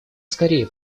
скорее